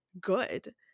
good